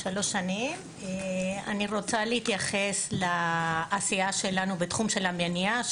אני רוצה להתייחס לעשייה שלנו בתחום של המניעה,